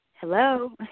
Hello